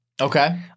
Okay